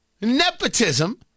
Nepotism